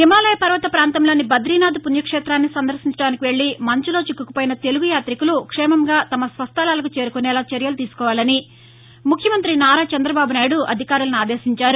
హిమాలయ పర్వత ప్రాంతంలోని బదరీనాథ్ పుణ్యక్షేతాన్ని సందర్భించడానికి వెల్లి మంచులో చిక్కుకుపోయిన తెలుగు యాతికులు క్షేమంగా తమ స్వస్థలాలకు చేరుకునేలా చర్యలు తీసుకోవాలని ముఖ్యమంత్రి నారా చందబాబునాయుడు అధికారులను ఆదేశించారు